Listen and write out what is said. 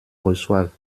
reçoivent